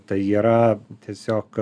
tai yra tiesiog